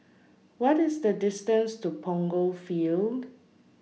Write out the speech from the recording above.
What IS The distance to Punggol Field